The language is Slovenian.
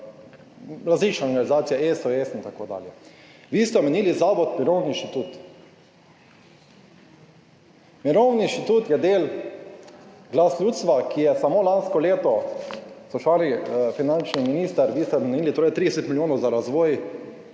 različne organizacije, SOS in tako dalje. Vi ste omenili zavod Mirovni inštitut. Mirovni inštitut je del [iniciative] Glas ljudstva, ki je samo lansko leto – spoštovani finančni minister, vi ste omenili 30 milijonov za razvoj